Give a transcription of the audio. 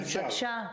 בבקשה.